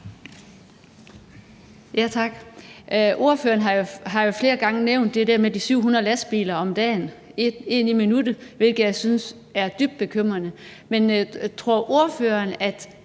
Tak. Ordføreren har jo flere gange nævnt det med 700 lastbiler om dagen – én i minuttet – hvilket jeg synes er dybt bekymrende. Men tror ordføreren, at